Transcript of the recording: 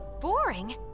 boring